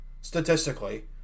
statistically